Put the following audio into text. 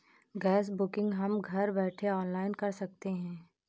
gas booking हम घर बैठे ऑनलाइन कर सकते है